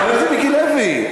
חבר הכנסת מיקי לוי,